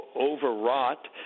overwrought